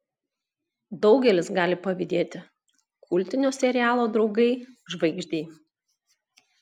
daugelis gali pavydėti kultinio serialo draugai žvaigždei